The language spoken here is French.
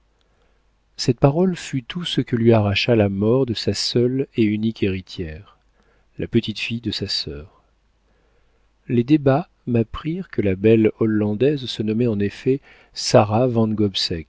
cette parole fut tout ce que lui arracha la mort de sa seule et unique héritière la petite-fille de sa sœur les débats m'apprirent que la belle hollandaise se nommait en effet sara